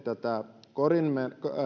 tätä kodin